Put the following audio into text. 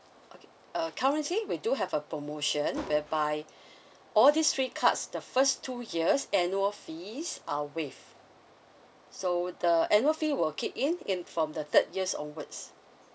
okay uh currently we do have a promotion whereby all these three cards the first two years annual fees are waive so the annual fee will kick in in from the third years onwards